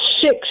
six